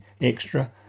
extra